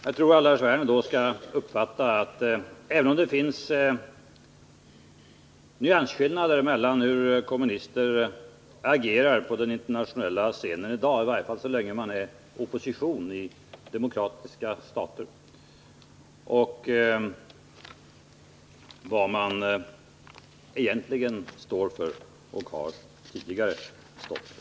Jag tror att Lars Werner då skall se att det finns en skillnad mellan hur kommunister i dag agerar när man är i opposition i demokratiska stater och vad de egentligen står för och vad man tidigare har stått för.